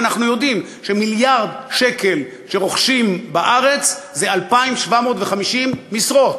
ואנחנו יודעים שמיליארד שקל שרוכשים בארץ זה 2,750 משרות.